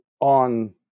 on